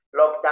lockdown